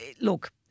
look